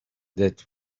that